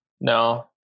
No